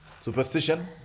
superstition